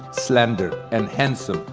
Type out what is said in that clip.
slender, and handsome,